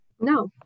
No